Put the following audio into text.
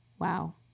Wow